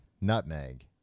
Nutmeg